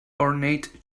ornate